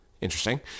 interesting